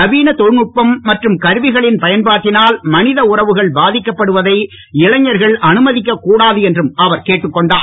நவீன தொழில்நுட்பம் மற்றும் கருவிகளின் பயன்பாட்டினால் மனித உறவுகள் பாதிக்கப்படுவதை இனைஞர்கள் அனுமதிக்கக் கூடாது என்றும் அவர் கேட்டுக் கொண்டார்